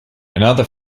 another